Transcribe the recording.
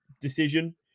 decision